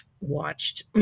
watched